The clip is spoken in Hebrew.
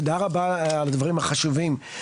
תודה רבה על הדברים החשובים.